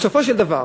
בסופו של דבר